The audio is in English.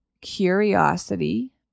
curiosity